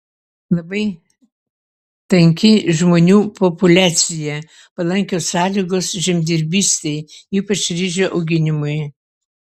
labai tanki žmonių populiacija palankios sąlygos žemdirbystei ypač ryžių auginimui